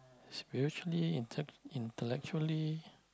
spiritually inte~ intellectually